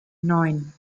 neun